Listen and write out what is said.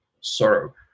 sorrow